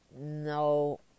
No